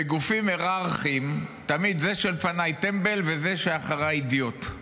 בגופים היררכיים תמיד זה שלפניי טמבל וזה שאחריי אידיוט.